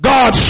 God